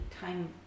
time